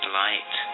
light